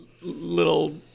little